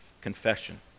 confession